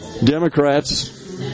Democrats